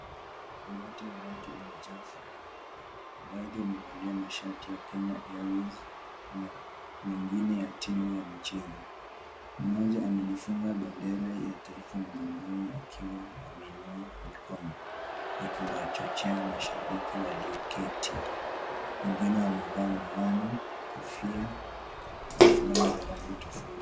Umati wa watu umejaa furaha, baadhi wamevalia mashati ya Kenya Airways na mengine ya timu ya michezo, mmoja amejifunga bendera ya taifa mgongoni akiwa ameinua mikono, akiwachochea mashabiki walioketi, mwingine amevaa miwani, kofia na fulana za rangi tofauti.